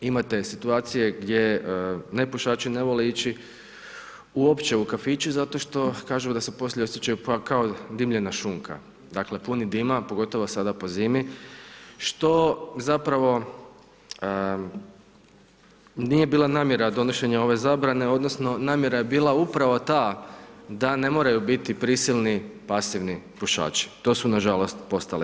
Imate situacije, gdje nepušači ne vole ići uopće u kafiće, zato što kažu da se poslije osjećaju pa kao dimljena šunka, dakle, puni dima, pogotovo sada po zimi, što zapravo, nije bila namjera donošenja ove zabrane, odnosno, namjera je bila upravo ta, da ne moraju biti prisilni, pasivni pušaći, to su nažalost postali.